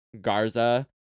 Garza